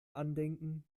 andenken